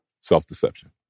Self-deception